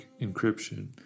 encryption